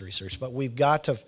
research but we've got to